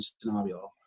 scenario